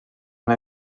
una